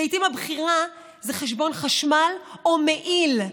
שלעיתים הבחירה היא חשבון חשמל או מעיל,